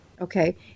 Okay